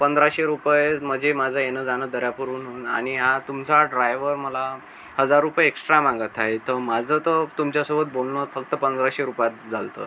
पंधराशे रुपये म्हणजे माझं येणं जाणं दर्यापूरहून आणि हा तुमचा ड्रायवर मला हजार रुपये एक्स्ट्रा मागत आहे तर माझं तर तुमच्यासोबत बोलणं फक्त पंधराशे रुपयात झालं होतं